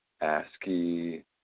ASCII